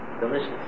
delicious